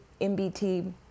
MBT